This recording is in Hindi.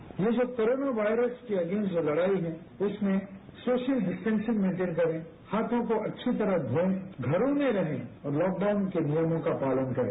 साउंड बाईट ये जो कोरोना वायरस के अगेनस्ट लड़ाई है उसमें सोशल डिस्टेंसिंग मेंटेन करें हाथों को अच्छी तरह धोएं घरों में रहें और लॉकडाउन के नियमों का पालन करें